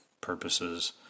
purposes